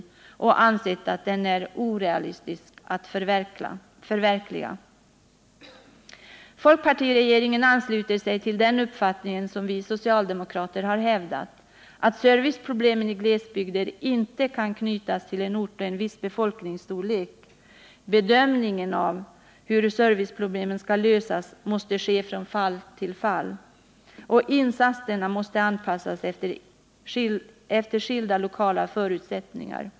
Man har ansett att det är orealistiskt att förverkliga den. Folkpartiregeringen ansluter sig till den uppfattning som vi socialdemokrater har hävdat, att serviceproblemen i glesbygder inte kan knytas till en ort och en viss befolkningsstorlek. Bedömningen av hur serviceproblemen skall lösas Utskottet har varit kallsinnigt till förslaget om att flytta upp Arvidsjaur i « måste ske från fall till fall, och insatserna måste anpassas efter skilda lokala förutsättningar.